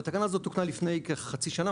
התקנה הזאת תוקנה לפני כחצי שנה,